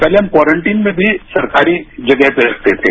पहले हम क्वारंटिन में भी सरकारी जगह पर रहते थे